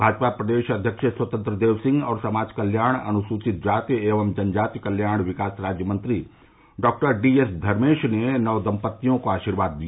भाजपा प्रदेश अध्यक्ष स्वतंत्र देव सिंह और समाज कल्याण अनुसूचित जाति एवं जनजाति कल्याण विकास राज्यमंत्री डॉ जी एस धर्मेश ने नव दम्पत्तियों को आशीर्वाद दिया